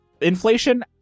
inflation